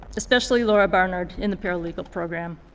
especially laura barnard in the paralegal program.